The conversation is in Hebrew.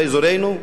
באזורנו?